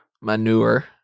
Manure